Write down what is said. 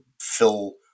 fill